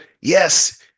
yes